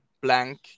blank